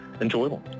enjoyable